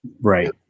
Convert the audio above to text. Right